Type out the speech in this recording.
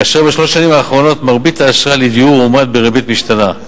כאשר בשלוש השנים האחרונות מרבית האשראי לדיור הועמד בריבית משתנה.